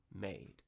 made